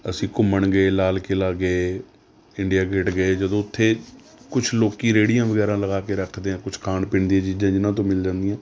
ਅਸੀਂ ਘੁੰਮਣ ਗਏ ਲਾਲ ਕਿਲ੍ਹਾ ਗਏ ਇੰਡੀਆ ਗੇਟ ਗਏ ਜਦੋਂ ਉੱਥੇ ਕੁਛ ਲੋਕ ਰੇੜੀਆਂ ਵਗੈਰਾ ਲਗਾ ਕੇ ਰੱਖਦੇ ਆ ਕੁਛ ਖਾਣ ਪੀਣ ਦੀਆਂ ਚੀਜ਼ਾਂ ਜਿਨ੍ਹਾਂ ਤੋਂ ਮਿਲ ਜਾਂਦੀਆਂ